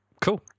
Cool